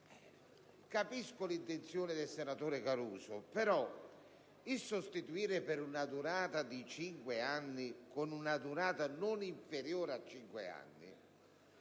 capisco l'intenzione del senatore Caruso, però «una durata di cinque anni» e «una durata non inferiore a cinque anni»